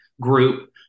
group